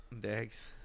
Dags